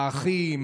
האחים,